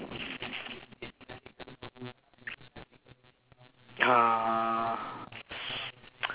uh